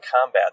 combat